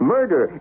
Murder